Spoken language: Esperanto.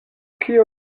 kio